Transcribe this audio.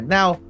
Now